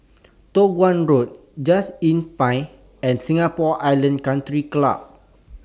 Toh Guan Road Just Inn Pine and Singapore Island Country Club